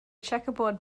checkerboard